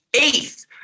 Eighth